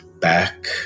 back